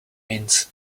means